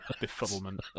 Befuddlement